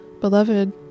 Beloved